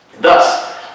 Thus